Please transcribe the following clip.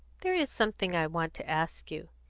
there is something i want to ask you.